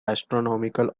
astronomical